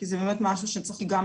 כי זה באמת משהו שצריך גם,